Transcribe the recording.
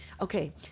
Okay